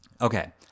Okay